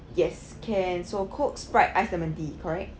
yes can so coke Sprite iced lemon tea correct